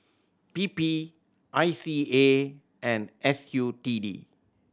P P I C A and S U T D